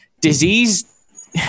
disease